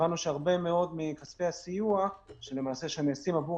הבנו שהרבה מאוד מכספי הסיוע שנעשים עבור